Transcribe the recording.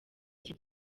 iki